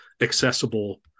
accessible